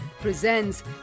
presents